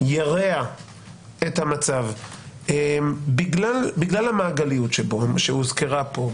ירע את המצב בגלל המעגליות שבו שהוזכרה פה,